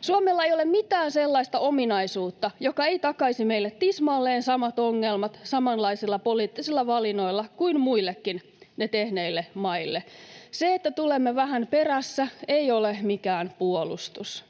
Suomella ei ole mitään sellaista ominaisuutta, joka ei takaisi meille tismalleen samat ongelmat samanlaisilla poliittisilla valinnoilla kuin muillekin ne tehneille maille. Se, että tulemme vähän perässä, ei ole mikään puolustus.